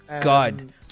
God